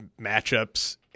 matchups